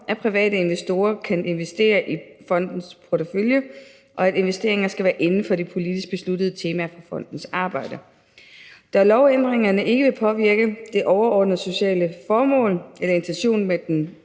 at private investorer kan investere i fondens portefølje, og at investeringer skal være inden for de politisk besluttede temaer for fondens arbejde. Da lovændringerne ikke vil påvirke det overordnede sociale formål eller intentionen med den